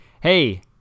hey